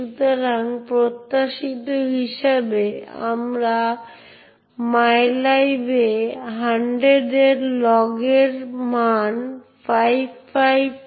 সুতরাং আসুন আমরা প্রক্রিয়াগুলি দেখি একটি প্রক্রিয়া ইউনিক্স নামকরণে একটি সাবজেক্ট এবং অবজেক্ট উভয়ই থাকে